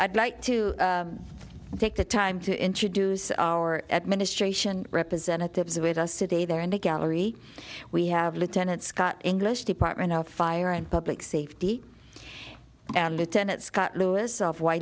i'd like to take the time to introduce our administration representatives await us today there in the gallery we have lieutenant scott english department of fire and public safety and lieutenant scott lewis of wh